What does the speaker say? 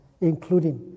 including